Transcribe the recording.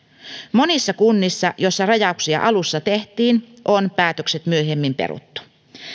monissa kunnissa joissa rajauksia alussa tehtiin on päätökset myöhemmin peruttu